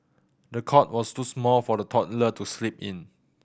the cot was too small for the toddler to sleep in